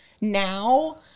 now